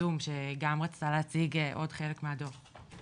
שגם רצתה להציג עוד חלק מהדוח.